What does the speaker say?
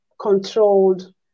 controlled